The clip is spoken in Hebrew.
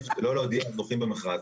להודיע על הזוכים במכרז